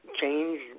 change